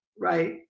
right